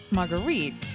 Marguerite